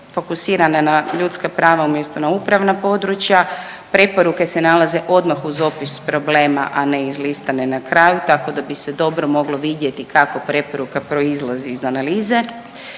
fokusirana na ljudska prava umjesto na upravna područja, preporuke se nalaze odmah uz opis problema, a ne izlistane na kraju, tako da bi se dobro moglo vidjeti kako preporuka proizlazi iz analize,